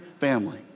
family